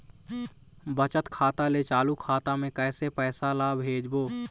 बचत खाता ले चालू खाता मे कैसे पैसा ला भेजबो?